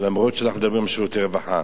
אף שאנחנו מדברים על שירותי רווחה.